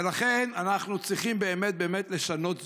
ולכן אנחנו צריכים באמת באמת לשנות זאת.